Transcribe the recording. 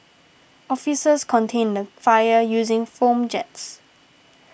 officers contained the fire using foam jets